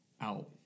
out